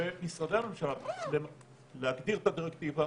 ומשרדי הממשלה, להגדיר את הדירקטיבה,